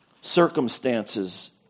Circumstances